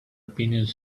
opinions